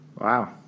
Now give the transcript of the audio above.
Wow